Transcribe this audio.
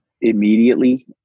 immediately